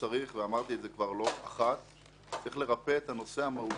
ואמרתי זאת לא אחת יש לרפא את הנושא המהותי,